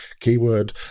keyword